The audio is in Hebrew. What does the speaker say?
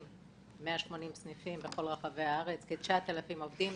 עם 180 סניפים בכל רחבי הארץ, עם כ-9,000 עובדים.